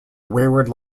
wayward